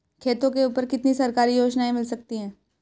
खेतों के ऊपर कितनी सरकारी योजनाएं मिल सकती हैं?